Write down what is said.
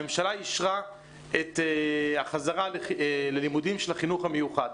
הממשלה אישרה את החזרה ללימודים של החינוך המיוחד.